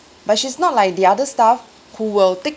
but she's not like the other staff who will take